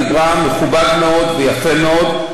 דיברה מכובד מאוד ויפה מאוד.